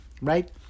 Right